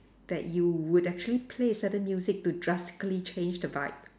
that you would actually play a certain music to drastically change the vibe